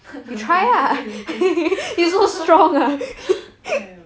turn the weight ah then you hang !aiyo!